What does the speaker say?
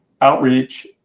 outreach